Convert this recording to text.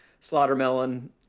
Slaughtermelon